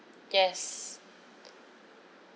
yes